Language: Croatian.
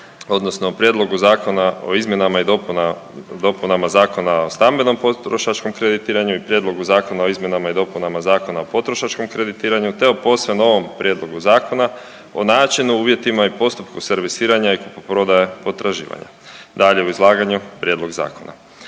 odnosno o Prijedlogu Zakona o izmjenama i dopunama Zakona o stambenom potrošačkom kreditiranju i Prijedlogu Zakona o izmjenama i dopunama Zakona o potrošačkom kreditiranju te o posve novom Prijedlogu Zakona o načinu, uvjetima i postupku servisiranja i kupoprodaje potraživanja, dalje u izlaganju prijedlog zakona.